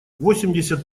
восемьдесят